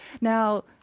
Now